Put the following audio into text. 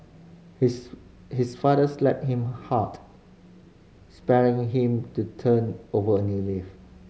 his his father slapped him hard spurring him to turn over a new leaf